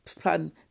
plan